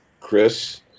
Chris